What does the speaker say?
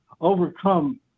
overcome